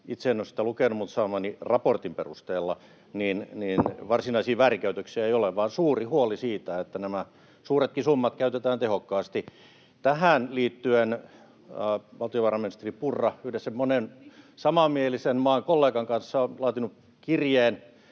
itse en ole sitä lukenut, mutta saamani raportin perusteella — varsinaisia väärinkäytöksiä ei ole, vaan on suuri huoli siitä, että nämä suuretkin summat käytetään tehokkaasti. Tähän liittyen valtiovarainministeri Purra yhdessä monen samanmielisen maan kollegan kanssa on laatinut kirjeen